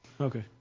Okay